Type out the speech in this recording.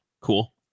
Cool